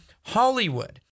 Hollywood